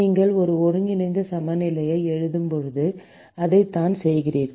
நீங்கள் ஒரு ஒருங்கிணைந்த சமநிலையை எழுதும்போது இதைத்தான் செய்கிறீர்கள்